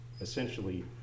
essentially